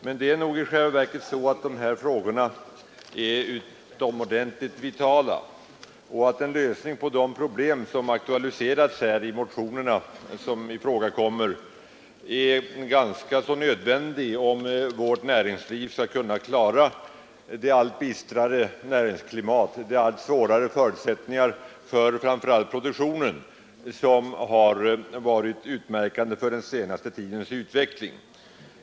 Men det är nog i själva verket så att dessa frågor är utomordentligt vitala och att en lösning av de problem som aktualiserats i dessa motioner är nödvändig om vårt näringsliv skall kunna klara det allt bistrare näringsklimatet och de allt sämre förutsättningarna för framför allt produktionen som varit utmärkande för den senaste tidens utveckling.